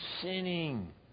sinning